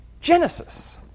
Genesis